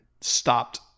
stopped